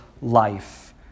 life